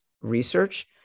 research